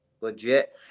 legit